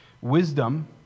Wisdom